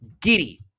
giddy